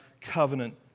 covenant